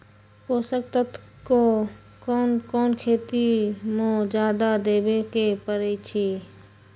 पोषक तत्व क कौन कौन खेती म जादा देवे क परईछी?